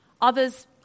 Others